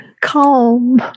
Calm